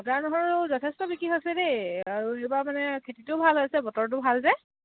আদা নহৰু যথেষ্ট বিক্ৰী হৈছে দেই আৰু এইবাৰ মানে খেতিটোও ভাল হৈছে বতৰটো ভাল যে